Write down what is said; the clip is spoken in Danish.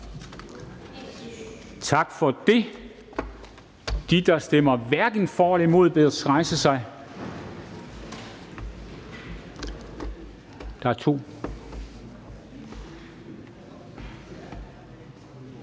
Tak for det. De, der stemmer hverken for eller imod, bedes rejse sig. Tak for